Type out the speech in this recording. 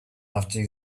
after